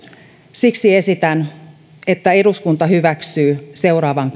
siksi esitän että eduskunta hyväksyy seuraavan